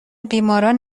بیماران